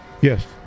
Yes